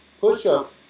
push-up